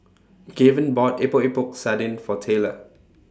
Gaven bought Epok Epok Sardin For Taylor